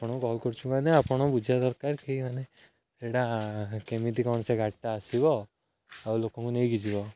ଆପଣଙ୍କୁ କଲ୍ କରିଛୁ ମାନେ ଆପଣ ବୁଝିବା ଦରକାର କେହି ମାନେ ସେଇଟା କେମିତି କ'ଣ ସେ ଗାଡ଼ିଟା ଆସିବ ଆଉ ଲୋକଙ୍କୁ ନେଇକି ଯିବ